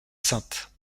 saintes